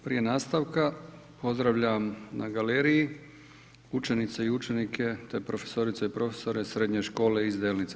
Prije nastavka, pozdravljam na galeriji učenice i učenike te profesorice i profesore srednje škole iz Delnica.